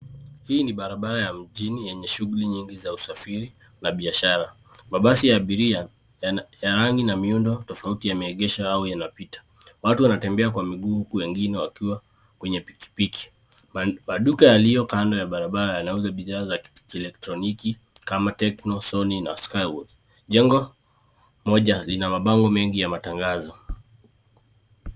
Hii ni barabara ya mjini yenye shughuli nyingi za usafiri na biashara. Mabasi ya abiria, ya rangi na miundo tofauti yameegesha au yanapita. Watu wanatembea kwa minguu huku wengine wakiwa kwenye pikipiki. Maduka yaliyo kando ya barabara yanauza bidhaa za kielektroniki kama TECNO, SONNY NA SKYWORTH.Jengo moja lina mabango mengi ya matangazo.